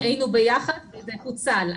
היינו ביחד וזה פוצל,